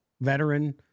veteran